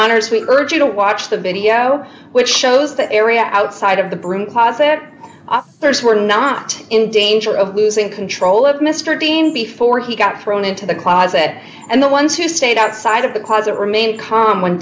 we urge you to watch the video which shows the area outside of the broom closet authors were not in danger of losing control of mr dean before he got thrown into the closet and the ones who stayed outside of the closet remained calm when